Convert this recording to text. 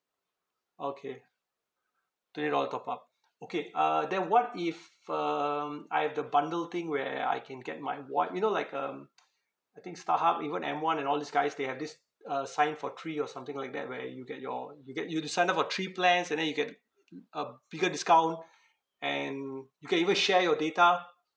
okay twenty dollar top up okay uh then what if um I have the bundle thing where I can get my wi~ you know like um I think starhub even M one and all these guys they have this uh sign for three or something like that where you get your you get you to sign up for three plans and then you get a bigger discount and you can even share your data